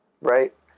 right